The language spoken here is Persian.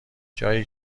جایی